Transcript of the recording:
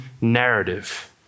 narrative